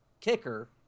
kicker